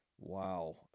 Wow